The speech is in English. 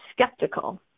skeptical